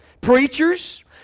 Preachers